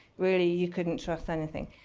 really, you couldn't trust anything.